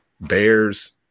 Bears